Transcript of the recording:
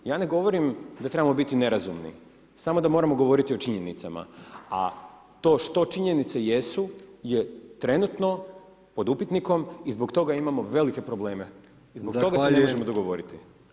Ja ne govorim da trebamo biti nerazumni, samo da moramo govoriti o činjenicama, a to što činjenice jesu je trenutno pod upitnikom i zbog toga imamo velike probleme [[Upadica: Zahvaljujem]] i zbog toga se ne možemo dogovoriti.